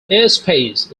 airspace